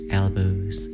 elbows